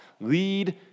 Lead